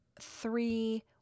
three